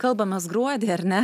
kalbam mes gruodį ar ne